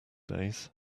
days